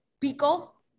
pickle